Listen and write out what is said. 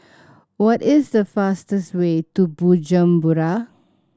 what is the fastest way to Bujumbura